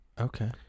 Okay